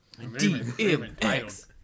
DMX